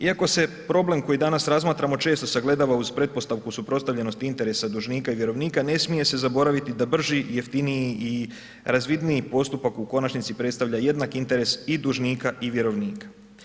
Iako se problem koji danas razmatramo često sagledava uz pretpostavku suprotstavljenosti interesa dužnika i vjerovnika, ne smije se zaboraviti da brži i jeftiniji i razvidniji postupak u konačnici predstavlja jednak interes i dužnika i vjerovnika.